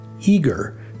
eager